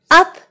up